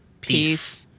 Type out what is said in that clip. Peace